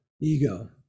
ego